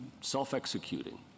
self-executing